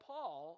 Paul